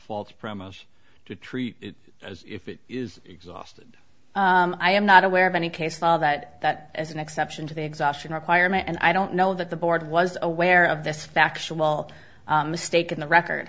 false premise to treat it as if it is exhausted i am not aware of any case law that that as an exception to the exhaustion are firemen and i don't know that the board was aware of this factual mistake in the record